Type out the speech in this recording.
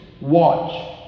watch